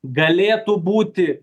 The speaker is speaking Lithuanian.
galėtų būti